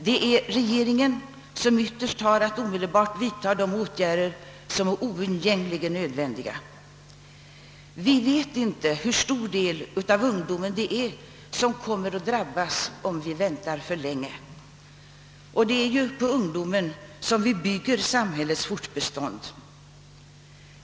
Det är regeringen som ytterst har att omedelbart vidta de åtgärder som är oundgängligen nödvändiga. Vi vet inte hur stor del av ungdomen som kommer att drabbas om vi väntar för länge, och det är ju på ungdomen som vi bygger samhällets fortbestånd.